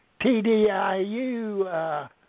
TDIU